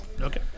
Okay